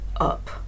up